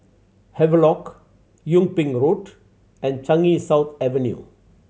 Havelock Yung Ping Road and Changi South Avenue